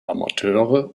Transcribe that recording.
amateure